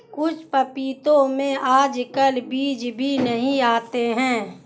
कुछ पपीतों में आजकल बीज भी नहीं आते हैं